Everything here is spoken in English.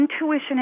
intuition